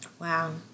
Wow